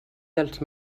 dels